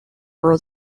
for